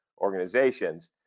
organizations